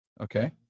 Okay